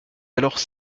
alors